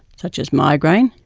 such as migraine,